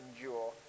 endure